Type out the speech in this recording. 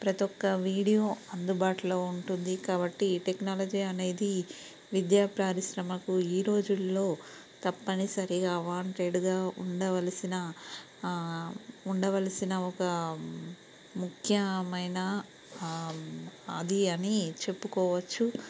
ప్రతి ఒక్క వీడియో అందుబాటులో ఉంటుంది కాబట్టి ఈ టెక్నాలజీ అనేది విద్యా ప్రారిశ్రమకు ఈ రోజుల్లో తప్పనిసరిగా వాంటెడ్గా ఉండవలసిన ఉండవలసిన ఒక ముఖ్యమైన అది అని చెప్పుకోవచ్చు